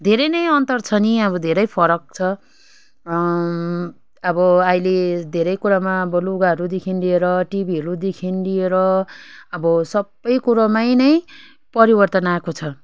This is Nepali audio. धेरै नै अन्तर छ नि अब धेरै फरक छ अब अहिले धेरै कुरामा अब लुगाहरूदेखि लिएर टिभीहरूदेखि लिएर अब सबै कुरोमै नै परिवर्तन आएको छ